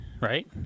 right